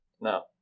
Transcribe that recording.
No